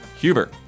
Huber